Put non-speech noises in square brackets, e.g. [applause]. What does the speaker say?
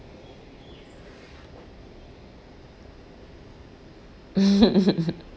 [laughs]